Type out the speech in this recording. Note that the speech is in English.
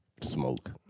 smoke